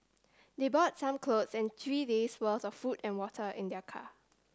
they brought some clothes and three days' worth of food and water in their car